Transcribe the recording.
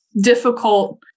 difficult